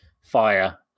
fire